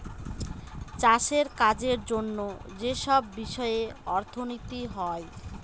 চাষের কাজের জন্য যেসব বিষয়ে অর্থনীতি হয়